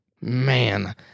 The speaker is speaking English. man